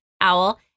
owl